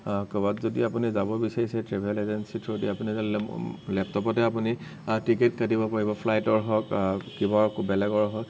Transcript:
ক'ৰবাত যদি আপুনি যাব বিচাৰিছে ট্ৰেভেল এজেঞ্চী থ্ৰয়েদি আপুনি যদি লেপটপতে আপুনি টিকট কাটিব পাৰিব ফ্লাইটৰ হওক কিবা বেলেগৰ হওক